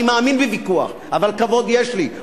אני מאמין בוויכוח, אבל כבוד יש לי.